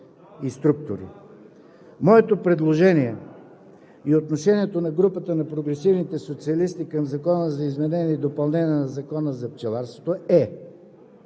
Моето предложение и отношението на Групата на прогресивните социалисти към Закона за изменение и допълнение на Закона за пчеларството е